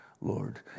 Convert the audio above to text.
Lord